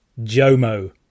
Jomo